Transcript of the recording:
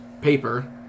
paper